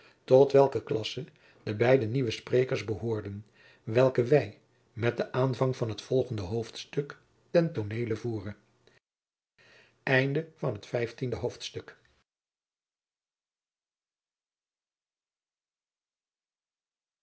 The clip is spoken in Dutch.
tot welke klasse de beide nieuwe sprekers behoorden welke wij met den aanvang van het volgende hoofdstuk ten tooneele voeren jacob van lennep de pleegzoon zestiende hoofdstuk